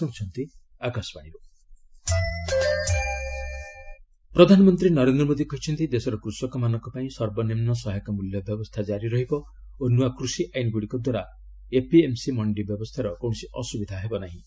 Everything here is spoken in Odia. ପିଏମ୍ ଏମ୍ଏସ୍ପି ଏପିଏମ୍ସି ପ୍ରଧାନମନ୍ତ୍ରୀ ନରେନ୍ଦ୍ର ମୋଦୀ କହିଛନ୍ତି ଦେଶର କୃଷକମାନଙ୍କ ପାଇଁ ସର୍ବନିମ୍ନ ସହାୟକ ମୂଲ୍ୟ ବ୍ୟବସ୍ଥା କାରି ରହିବ ଓ ନୂଆ କୃଷି ଆଇନ୍ ଗୁଡ଼ିକ ଦ୍ୱାରା ଏପିଏମ୍ସି ମଣ୍ଡି ବ୍ୟବସ୍ଥାର କୌଣସି ଅସୁବିଧା ହେବ ନାହିଁ